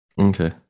Okay